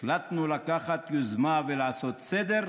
החלטנו לקחת יוזמה ולעשות סדר,